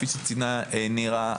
כפי שציינה נירה,